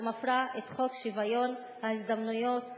ומפירה את חוק שוויון ההזדמנויות בעבודה.